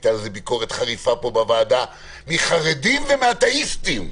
הייתה על זה ביקורת חריפה בוועדה מחרדים ומאתאיסטים.